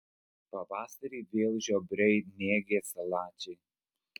pavasarį vėl žiobriai nėgės salačiai